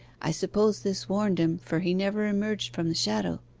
i suppose this warned him, for he never emerged from the shadow.